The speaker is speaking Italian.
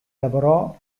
lavorò